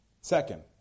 Second